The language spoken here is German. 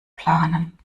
planen